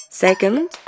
Second